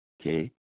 okay